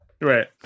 Right